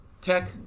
Tech